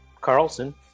Carlson